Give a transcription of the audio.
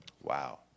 Wow